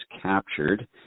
captured